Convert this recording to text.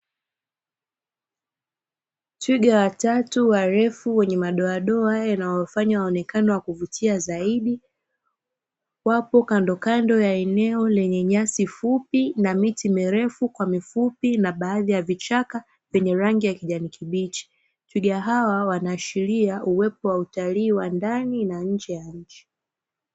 Twiga watatu warefu wenye madoadoa yanayowafanya waonekane wa kuvutia zaidi, wapo kandokando ya eneo lenye nyasi fupi na miti mirefu kwa mifupi na baadhi ya vichaka vyenye rangi ya kijani kibichi, twiga hawa wanashiria uwepo wa utalii wa ndani na nje ya nchi.